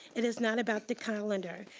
it is not about the calendar.